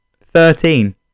Thirteen